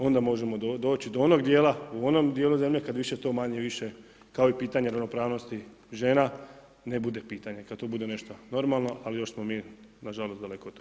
Onda možemo doći do onog dijela u onom dijelu zemlje kad više to manje-više kao i pitanje ravnopravnosti žena ne bude pitanje kad to bude nešto normalno, ali još smo mi na žalost daleko od toga.